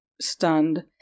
stunned